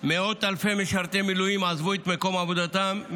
מאות אלפי משרתי מילואים עזבו את מקום עבודתם,